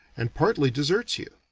and partly deserts you.